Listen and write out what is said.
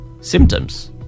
symptoms